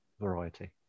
variety